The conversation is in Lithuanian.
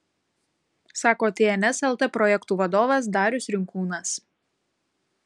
sako tns lt projektų vadovas darius rinkūnas